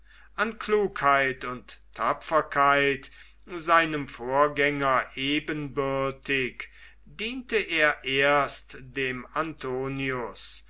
an klugheit und tapferkeit seinem vorgänger ebenbürtig diente er erst dem antonius